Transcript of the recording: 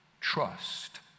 trust